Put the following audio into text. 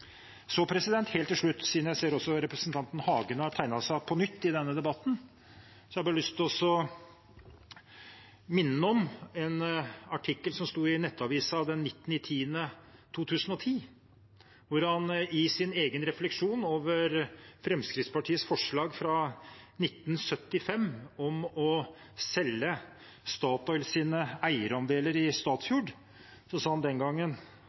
Helt til slutt: Siden jeg ser representanten Hagen har tegnet seg på nytt i denne debatten, har jeg lyst til å minne ham om en artikkel som stod i Nettavisen den 19. oktober 2010. I sin egen refleksjon over Fremskrittspartiets forslag fra 1975 om å selge Statoils eierandeler i Statfjord sa han den